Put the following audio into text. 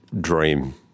dream